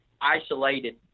isolated